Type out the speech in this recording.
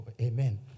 Amen